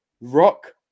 Rock